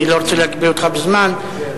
אני לא רוצה להגביל אותך בזמן אבל,